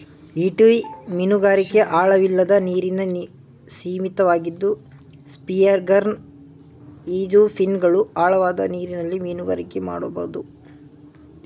ಈಟಿ ಮೀನುಗಾರಿಕೆ ಆಳವಿಲ್ಲದ ನೀರಿಗೆ ಸೀಮಿತವಾಗಿದ್ದು ಸ್ಪಿಯರ್ಗನ್ ಈಜುಫಿನ್ಗಳು ಆಳವಾದ ನೀರಲ್ಲಿ ಮೀನುಗಾರಿಕೆ ಮಾಡ್ಬೋದು